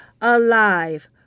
alive